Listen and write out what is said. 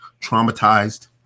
traumatized